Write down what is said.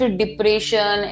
depression